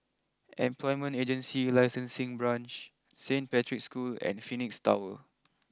Employment Agency Licensing Branch Saint Patrick's School and Phoenix Tower